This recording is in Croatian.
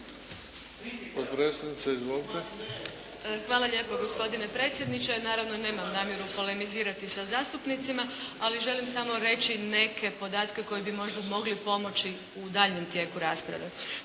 Hvala lijepo, gospodine predsjedniče. Naravno, nemam namjeru polemizirati sa zastupnicima ali želim samo reći neke podatke koji bi možda mogli pomoći u daljnjem tijeku rasprave.